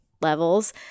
levels